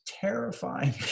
terrifying